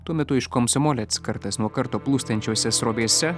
tuo metu iš komsomolec kartas nuo karto plūstančiose srovėse